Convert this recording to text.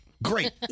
Great